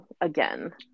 again